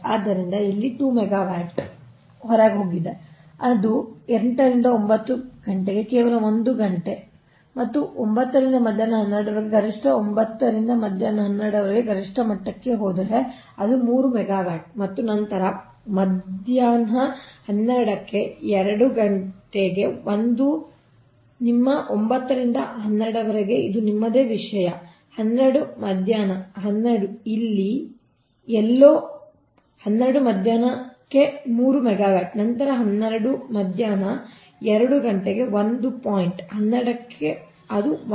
ಆದ್ದರಿಂದ ಇಲ್ಲಿ ಅದು 2 ಮೆಗಾವ್ಯಾಟ್ ಗೆ ಹೋಗಿದೆ ಮತ್ತು ಅದು 8 ರಿಂದ 9 ಕೇವಲ 1 ಗಂಟೆ ಮತ್ತು ಮತ್ತೆ 9 ರಿಂದ ಮಧ್ಯಾಹ್ನ 12 ರವರೆಗೆ ಗರಿಷ್ಠ 9 ರಿಂದ ಮಧ್ಯಾಹ್ನ 12 ರವರೆಗೆ ಗರಿಷ್ಠ ಮಟ್ಟಕ್ಕೆ ಹೋದರೆ ಅದು 3 ಮೆಗಾವ್ಯಾಟ್ ಮತ್ತು ನಂತರ ಮಧ್ಯಾಹ್ನ 12 ಕ್ಕೆ 2 ಗಂಟೆಗೆ 1 ನಿಮ್ಮ 9 ರಿಂದ 12 ರವರೆಗೆ ಇದು ನಿಮ್ಮದೇ ವಿಷಯ 12 ಮಧ್ಯಾಹ್ನ 12 ಇಲ್ಲಿ ಎಲ್ಲೋ ಇಲ್ಲಿ 12 ಮಧ್ಯಾಹ್ನ 3 ಮೆಗಾವ್ಯಾಟ್ ನಂತರ 12 ಮಧ್ಯಾಹ್ನ 2 2 ಗಂಟೆಗೆ ಒಂದು ಪಾಯಿಂಟ್ 12 ಕ್ಕೆ ಮತ್ತೆ ಅದು 1